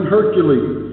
Hercules